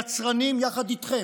יצרנים יחד איתכם,